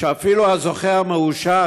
שאפילו הזוכה המאושר,